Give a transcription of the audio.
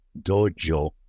Dojo